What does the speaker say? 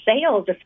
sales